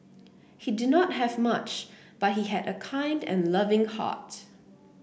he did not have much but he had a kind and loving heart